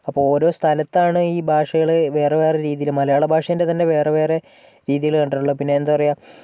അപ്പോൾ ഓരോ സ്ഥലത്താണ് ഈ ഭാഷകള് വേറെ വേറെ രീതിയില് മലയാള ഭാഷയുടെ തന്നെ വേറെ വേറെ രീതികള് കണ്ടിട്ടുള്ളത് പിന്നെന്താ പറയുക